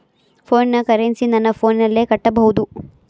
ಫೋನಿನ ಕರೆನ್ಸಿ ನನ್ನ ಫೋನಿನಲ್ಲೇ ಕಟ್ಟಬಹುದು?